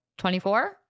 24